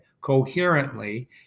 coherently